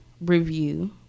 review